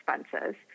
expenses